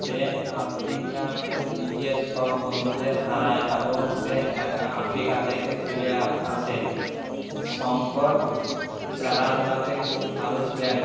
সে আফ্রিকাতে নিজের সব বন্ধুদের হারায় এবং সে একা আফ্রিকা থেকে ফিরে আসে শঙ্কর খেলাধুলাতে খুব ভালো ছিলেন